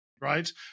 right